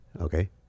Okay